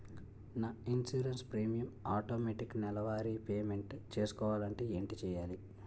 నా insurance premium automatic నెలవారి payment చేసుకోవాలంటే ఏంటి చేయాలి?